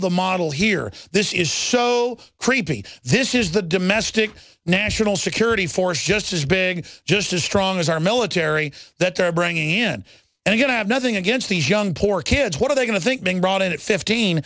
the model here this is so creepy this is the domestic national security force just as big just as strong as our military that they're bringing in and going to have nothing against these young poor kids what are they going to think being brought in at fifteen